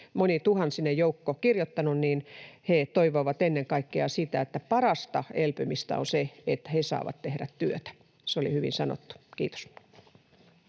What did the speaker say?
monituhantinen joukko kirjoittanut, niin he toivoivat ennen kaikkea sitä, että parasta elpymistä on se, että he saavat tehdä työtä. Se oli hyvin sanottu. — Kiitos.